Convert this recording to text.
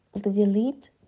delete